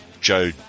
Joe